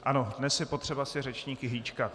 Ano, dnes je potřeba si řečníky hýčkat.